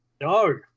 No